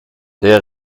der